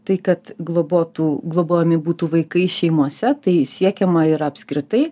tai kad globotų globojami būtų vaikai šeimose tai siekiama ir apskritai